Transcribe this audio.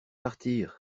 partir